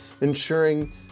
ensuring